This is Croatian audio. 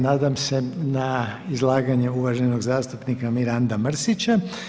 Nadam se na izlaganje uvaženog zastupnika Miranda Mrsića.